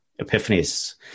epiphanies